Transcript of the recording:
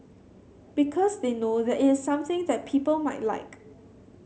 because they know that it is something that people might like